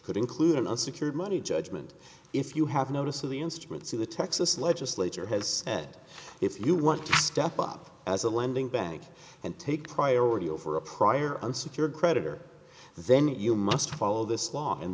could include an unsecured money judgment if you have notice of the instruments in the texas legislature has said if you want to step up as a lending bank and take priority over a prior unsecured creditor then you must follow this law